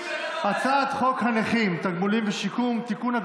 הצעת חוק הנכים (תגמולים ושיקום) (תיקון,